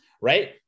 right